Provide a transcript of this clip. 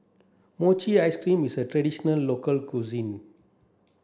Mochi ice cream is a traditional local cuisine